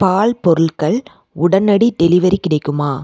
பால் பொருள்கள் உடனடி டெலிவரி கிடைக்குமா